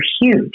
huge